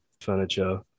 Furniture